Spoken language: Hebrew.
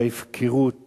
וההפקרות